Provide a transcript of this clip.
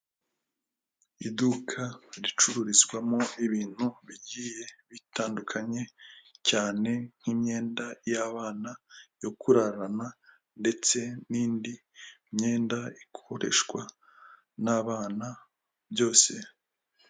Iduka ricururizwamo ibintu bigiye bitandukanye, cyane nk'imyenda y'abana yo kurarana ndetse n'indi myenda ikoreshwa n'abana byose.